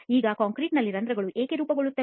ಈಗ ಕಾಂಕ್ರೀಟ್ ನಲ್ಲಿ ರಂಧ್ರಗಳು ಏಕೆ ರೂಪುಗೊಳ್ಳುತ್ತವೆ